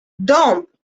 dąb